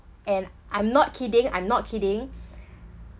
and I'm not kidding I'm not kidding